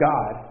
God